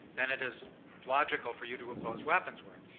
then it is logical for you to oppose weapons work.